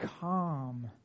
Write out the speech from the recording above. calm